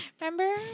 remember